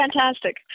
fantastic